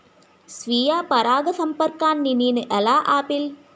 స్వీయ పరాగసంపర్కాన్ని నేను ఎలా ఆపిల్?